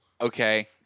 Okay